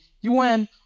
UN